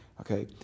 Okay